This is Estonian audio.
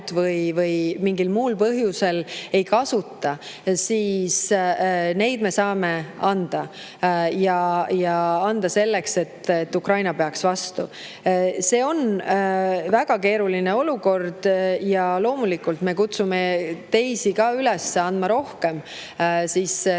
me mingil muul põhjusel ei kasuta, me saame ära anda, ja ära anda selleks, et Ukraina peaks vastu. See on väga keeruline olukord. Loomulikult me kutsume teisi ka üles andma rohkem. Teised